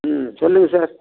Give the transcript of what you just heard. ம் சொல்லுங்கள் சார்